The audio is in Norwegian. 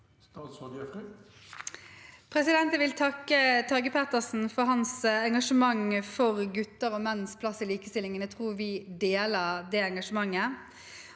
Jaffery Jeg vil tak- ke Tage Pettersen for hans engasjement for gutter og menns plass i likestillingen. Jeg tror vi deler det engasjementet.